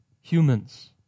humans